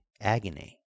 agony